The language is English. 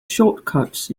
shortcuts